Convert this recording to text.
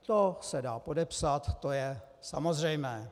To se dá podepsat, to je samozřejmé.